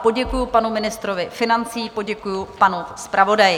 Poděkuji panu ministrovi financí, poděkuji panu zpravodaji.